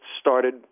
started